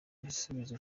ibisubizo